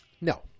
No